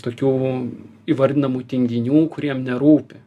tokių įvardinamų tinginių kuriem nerūpi